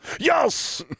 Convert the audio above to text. yes